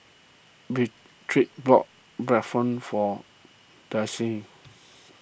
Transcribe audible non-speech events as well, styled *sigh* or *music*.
Beatrix bought Bratwurst for *unintelligible*